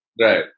Right